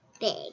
Big